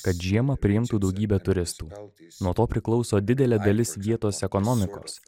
kad žiemą priimtų daugybę turistų nuo to priklauso didelė dalis vietos ekonomikos